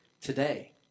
today